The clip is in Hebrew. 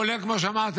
כולל כמו שאמרתי,